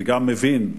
ואני מבין,